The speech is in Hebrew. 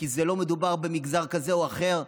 כי לא מדובר במגזר כזה או אחר?